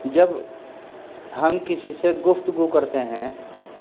جب ہم کسی سے گفتگو کرتے ہیں